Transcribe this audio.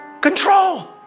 Control